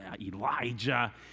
Elijah